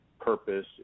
purpose